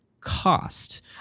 cost –